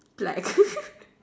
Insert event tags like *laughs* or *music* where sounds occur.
black *laughs*